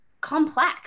complex